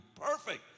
perfect